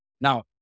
Now